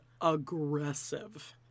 aggressive